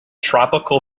tropical